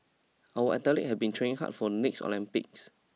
our athletes have been training hard for the next Olympics